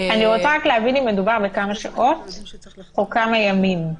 אני רוצה רק להבין אם מדובר בכמה שעות או כמה ימים,